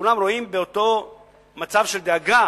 שכולם רואים באותה רמה של דאגה